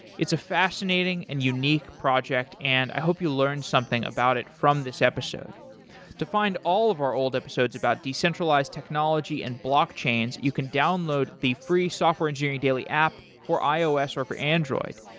it's a fascinating and unique project and i hope you learn something about it from this episode to find all of our old episodes about decentralized technology and blockchains, you can download the free software engineering daily app for ios or for android.